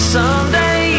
Someday